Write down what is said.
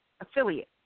affiliate